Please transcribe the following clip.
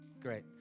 Great